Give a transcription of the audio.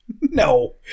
No